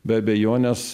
be abejonės